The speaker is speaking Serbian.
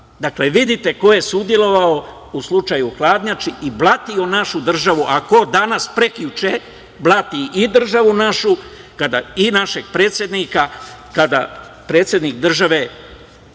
Dakle, vidite ko je sudelovao u slučaju „Hladnjača“ i blatio našu državu, a ko danas, prekjuče blati i državu našu i našeg predsednika, kada predsednik države